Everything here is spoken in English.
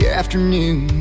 afternoon